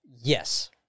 Yes